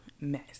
mess